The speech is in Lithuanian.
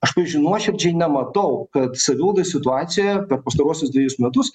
aš pavyzdžiui nuoširdžiai nematau kad savivaldoj situacija per pastaruosius dvejus metus